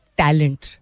talent